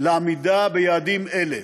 של עמידה ביעדים האלה.